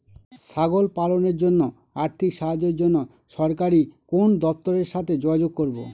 ছাগল পালনের জন্য আর্থিক সাহায্যের জন্য সরকারি কোন দপ্তরের সাথে যোগাযোগ করব?